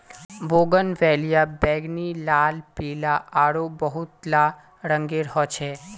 bougainvillea बैंगनी, लाल, पीला आरो बहुतला रंगेर ह छे